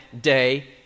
day